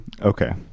Okay